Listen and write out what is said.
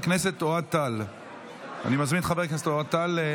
25 בעד, נגד, 35. אני מודיע שהצעת חוק רשויות